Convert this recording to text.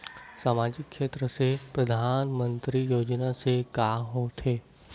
सामजिक क्षेत्र से परधानमंतरी योजना से का होथे?